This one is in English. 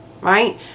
Right